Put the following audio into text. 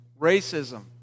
racism